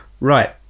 Right